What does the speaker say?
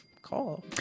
call